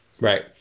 Right